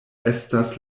estas